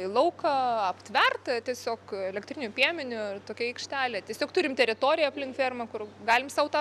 į lauką aptverta tiesiog elektriniu piemeniu ir tokia aikštelė tiesiog turim teritoriją aplink fermą kur galim sau tą